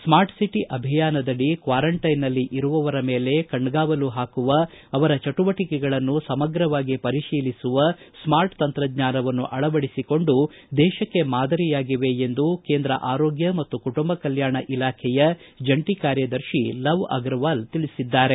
smart city ಅಭಿಯಾನದಡಿ ಕ್ವಾರಂಟೈನ್ನಲ್ಲಿ ಇರುವವರ ಮೇಲೆ ಕಣ್ಯವಲು ಹಾಕುವ ಅವರ ಚಟುವಟಿಕೆಗಳನ್ನು ಸಮಗ್ರವಾಗಿ ಪರಿಶೀಲಿಸುವ ಸ್ಕಾರ್ಟ್ ತಂತ್ರಜ್ಞಾನವನ್ನು ಅವಳಡಿಸಿಕೊಂಡು ದೇಶಕ್ಕೆ ಮಾದರಿಯಾಗಿವೆ ಎಂದು ಕೇಂದ್ರ ಆರೋಗ್ಯ ಮತ್ತು ಕುಟುಂಬ ಕಲ್ಲಾಣ ಇಲಾಖೆಯ ಜಂಟಿ ಕಾರ್ಯದರ್ತಿ ಲವ ಅಗರವಾಲ್ ತಿಳಿಸಿದ್ದಾರೆ